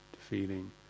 feeling